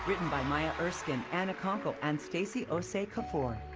written by maya erskine, anna konkle and stacy osei-kuffour.